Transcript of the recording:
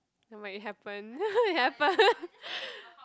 no but it happened it happen